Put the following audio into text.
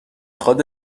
خواد